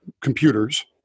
computers